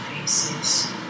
faces